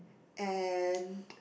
and